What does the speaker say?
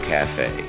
Cafe